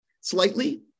slightly